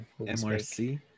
MRC